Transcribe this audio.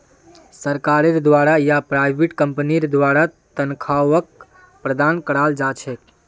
सरकारेर द्वारा या प्राइवेट कम्पनीर द्वारा तन्ख्वाहक प्रदान कराल जा छेक